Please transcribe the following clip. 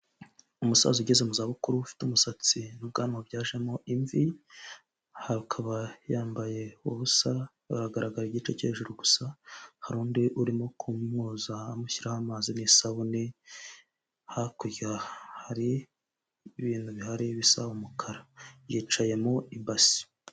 u Umusaza ugeze mu za bukuru ufite umusatsi n'ubwanwa byajemo imvi, akaba yambaye ubusa hagaragara igice cyo hejuru gusa, hari undi urimomwoza amushyiraho amazi n'isabune, hakurya hari ibintu bihari bisaba umukara, yicaye mu ibasi.